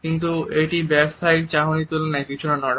কিন্তু এটি ব্যবসায়ীক চাহনির তুলনায় কিছুটা নরম